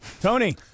Tony